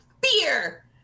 beer